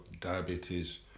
diabetes